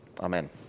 Amen